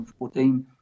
2014